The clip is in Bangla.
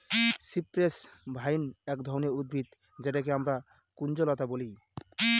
সিপ্রেস ভাইন এক ধরনের উদ্ভিদ যেটাকে আমরা কুঞ্জলতা বলি